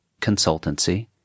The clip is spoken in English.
consultancy